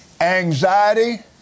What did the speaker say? anxiety